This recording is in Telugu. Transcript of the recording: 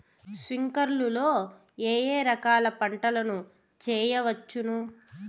స్ప్రింక్లర్లు లో ఏ ఏ రకాల పంటల ను చేయవచ్చును?